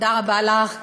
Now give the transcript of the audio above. תודה רבה לך,